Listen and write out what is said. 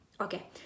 okay